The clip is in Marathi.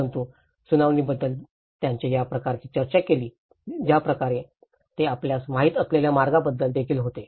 परंतु सुनावणीबद्दल त्याने ज्या प्रकारे चर्चा केली त्याप्रकारे हे आपल्यास माहिती असलेल्या मार्गांबद्दल देखील होते